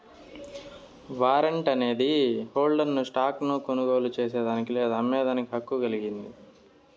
warrant అనేది హోల్డర్ను stock ను కొనుగోలు చేసేదానికి లేదా అమ్మేదానికి హక్కు కలిగింది